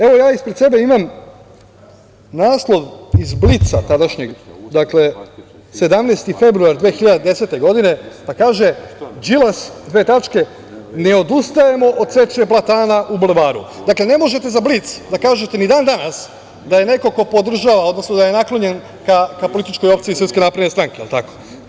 Evo, ja ispred sebe imam naslov iz „Blica“ tadašnjeg, dakle, 17. februar 2010. godine, pa kaže - Đilas: „Ne odustajemo od seče platana u Bulevaru.“ Dakle, ne možete za „Blic“ da kažete ni dan danas da je neko ko podržava, odnosno da je naklonjen ka političkoj opciji SNS, jel tako?